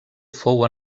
fou